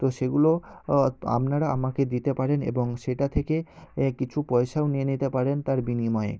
তো সেগুলো আপনারা আমাকে দিতে পারেন এবং সেটা থেকে কিছু পয়সাও নিয়ে নিতে পারেন তার বিনিময়ে